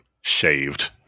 shaved